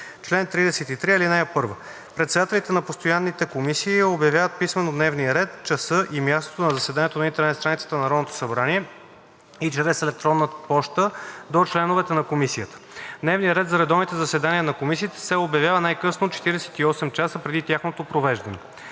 чл. 33: „Чл. 33. (1) Председателите на постоянните комисии обявяват писмено дневния ред, часа и мястото на заседанията на интернет страницата на Народното събрание и чрез електронна поща до членовете на комисията. Дневният ред за редовните заседания на комисиите се обявява най-късно 48 часа преди тяхното провеждане.